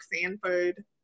Sanford